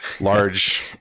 large